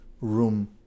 room